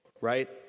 right